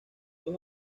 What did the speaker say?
dos